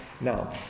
Now